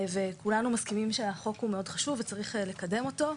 כולנו מסכימים שהחוק הוא מאוד חשוב וצריך לקדם אותו.